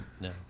No